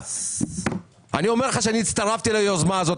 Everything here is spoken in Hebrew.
אני אומר שאני הצטרפתי ליוזמה הזאת,